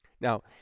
Now